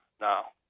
Now